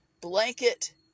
Blanket